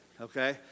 okay